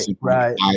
right